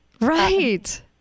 right